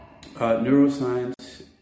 neuroscience